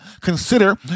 consider